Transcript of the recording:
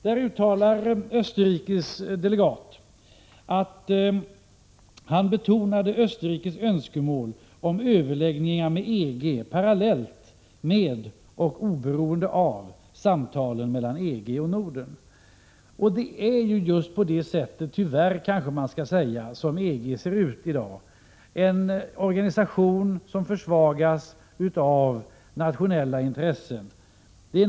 Där betonade den österrikiske delegaten Österrikes önskemål om överläggningar med EG parallellt med och oberoende av samtalen mellan EG och Norden. Det är just så — tyvärr, kanske man skall säga — som EG ser ut i dag: en organisation som försvagas av nationella intressen.